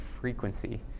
frequency